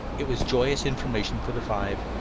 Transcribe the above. it was joyous information for the five,